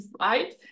right